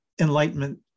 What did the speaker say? Enlightenment